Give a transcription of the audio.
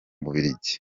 bubiligi